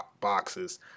boxes